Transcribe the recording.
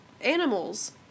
animals